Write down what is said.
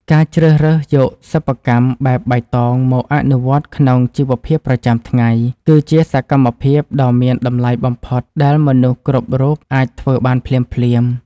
ការជ្រើសរើសយកសិប្បកម្មបែបបៃតងមកអនុវត្តក្នុងជីវភាពប្រចាំថ្ងៃ គឺជាសកម្មភាពដ៏មានតម្លៃបំផុតដែលមនុស្សគ្រប់រូបអាចធ្វើបានភ្លាមៗ។